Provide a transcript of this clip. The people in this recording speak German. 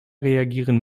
reagieren